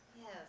Yes